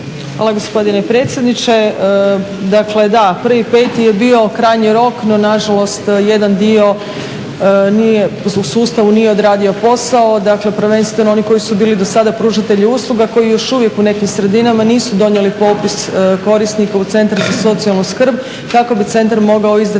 Hvala gospodine predsjedniče. Dakle, da 01.05. je bio krajnji rok, no nažalost jedan dio nije, u sustavu nije odradio posao. Dakle, prvenstveno oni koji su bili do sada pružatelji usluga, koji još uvijek u nekim sredinama nisu donijeli popis korisnika u centar za socijalni skrb kako bi centar mogao izdati